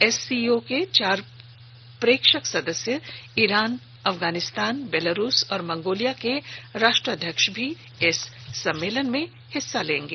SCO के चार प्रेक्षक सदस्य ईरान अफगानिस्तायन बेलारूस और मंगोलिया के राष्ट्राध्य्क्ष भी सम्मेलन में हिस्सा लेंगे